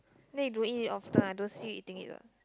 then you don't eat it often I don't see you eating it what